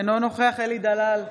אינו נוכח אלי דלל,